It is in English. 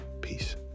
Peace